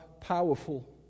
powerful